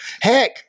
Heck